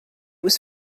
was